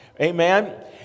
amen